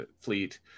fleet